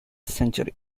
century